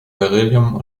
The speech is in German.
beryllium